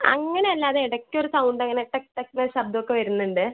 അങ്ങനെ അല്ല അത് ഇടക്ക് ഒരു സൗണ്ട് അങ്ങനെ ടെക് ടെക്ന്ന് ശബ്ദം ഒക്കെ വരുന്നുണ്ട്